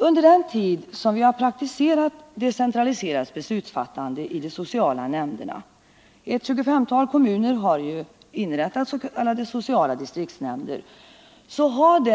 Under den tid vi praktiserat decentraliserat beslutsfattande i de sociala nämnderna — ett tjugofemtal kommuner har ju inrättat s.k. sociala distriktsnämnder — har